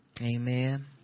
Amen